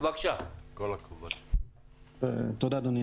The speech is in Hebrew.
תודה, אדוני.